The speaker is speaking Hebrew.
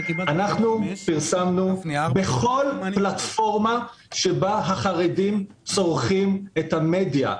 אנחנו פרסמנו בכל פלטפורמה שבה החרדים צורכים את המדיה.